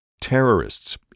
terrorists